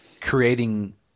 creating